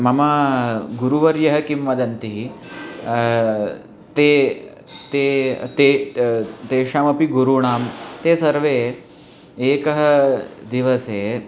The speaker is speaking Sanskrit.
मम गुरुवर्यः किं वदन्ति ते ते ते तेषामपि गुरूणां ते सर्वे एकस्मिन् दिवसे